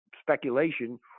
speculation